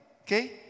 Okay